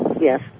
Yes